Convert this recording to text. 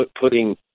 putting